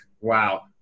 wow